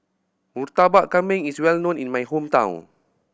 Murtabak Kambing is well known in my hometown